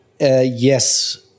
yes